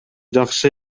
жакшы